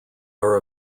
are